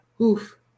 oof